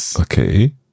Okay